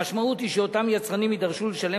המשמעות היא שאותם יצרנים יידרשו לשלם